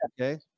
Okay